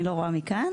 אני לא רואה מכאן,